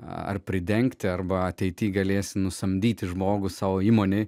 ar pridengti arba ateityje galėsi nusamdyti žmogų savo įmonėje